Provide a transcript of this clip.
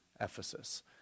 Ephesus